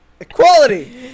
Equality